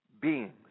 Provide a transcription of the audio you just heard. beings